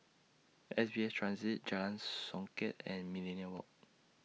S B S Transit Jalan Songket and Millenia Walk